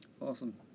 Awesome